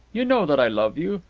you know that i love you.